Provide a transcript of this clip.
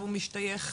יש גם כאלה פוליטיקאים,